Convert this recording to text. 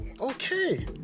Okay